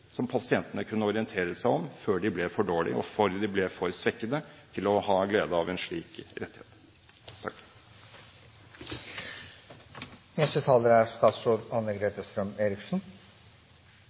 som pasientene kunne orientere seg om før de ble for dårlige og for svekket til å ha glede av en slik rettighet.